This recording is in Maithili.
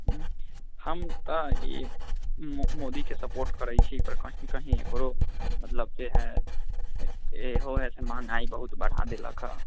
हूँ हम तऽ ई मोदीके सपोर्ट करै छियैपर कहीं कहीं एकरो मतलब जे है एहो है से महगाइ बहुत बढ़ा देलक है